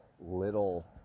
little